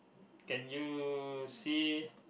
can you see